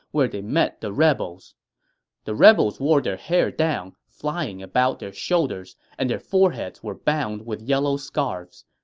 where they met the rebels the rebels wore their hair down, flying about their shoulders, and their foreheads were bound with yellow scarves.